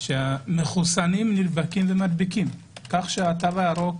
שהמחוסנים נדבקים ומדביקים כך שהתו הירוק